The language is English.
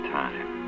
time